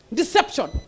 deception